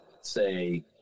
say